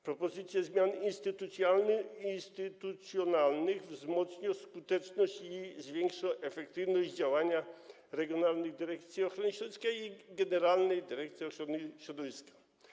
Propozycje zmian instytucjonalnych wzmocnią skuteczność i zwiększą efektywność działania regionalnych dyrekcji ochrony środowiska i Generalnej Dyrekcji Ochrony Środowiska.